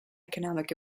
economic